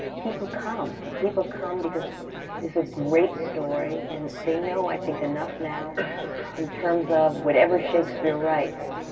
people come. people come because there's a great story. and they know, i think, enough now in terms of whatever shakespeare writes,